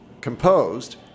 composed